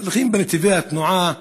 נוסעים אפילו בנתיבי התנועה הנגדיים,